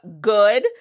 good